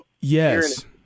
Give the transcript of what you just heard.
Yes